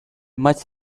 much